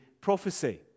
prophecy